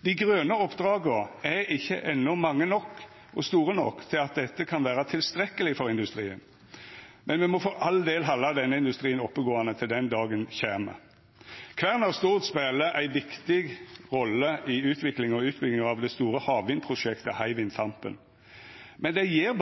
Dei grøne oppdraga er ikkje enno mange nok og store nok til at dette kan vera tilstrekkeleg for industrien, men me må for all del halda denne industrien oppegåande til den dagen kjem. Kværner Stord spelar ei viktig rolle i utviklinga og utbygginga av det store havvindprosjektet Hywind Tampen, men det